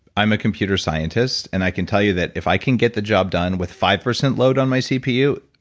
i'm a computer scientist and i can tell you that, if i can get the job done with five percent load on my cpu,